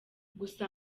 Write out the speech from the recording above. gusa